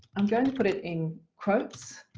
i'm going to put it in quotes